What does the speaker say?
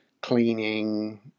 cleaning